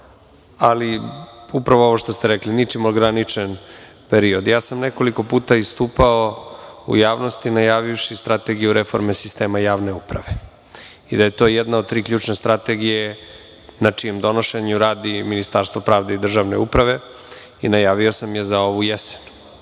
ali, upravo ovo što ste rekli – ničim ograničen period. Ja sam nekoliko puta istupao u javnosti, najavivši strategiju reforme sistema javne uprave i rekao da je to jedna od tri ključne strategije na čijem donošenju radi Ministarstvo pravde i državne uprave i najavio sam je za ovu jesen. Pre